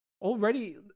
Already